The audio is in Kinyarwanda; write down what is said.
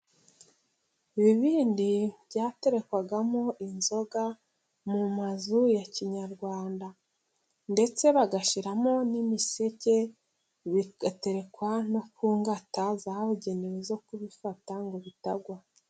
Ibibindi byaterekwagamo inzoga mu mazu ya kinyarwanda, ndetse bagashyiramo n'imiseke, bigaterekwa no ku ngata zabugenewe zo kubifata ngo bitagwa.